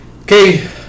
Okay